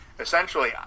Essentially